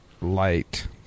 light